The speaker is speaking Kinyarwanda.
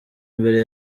mbere